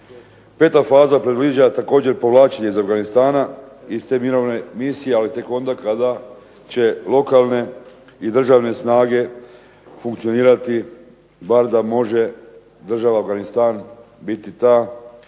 5. faza predviđa također povlačenje iz Afganistana iz te mirovne misije, ali tek onda kada će lokalne i državne snage funkcionirati bar da može država Afganistan biti ta